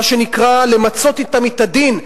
מה שנקרא למצות אתם את הדין,